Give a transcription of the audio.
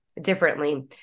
differently